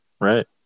Right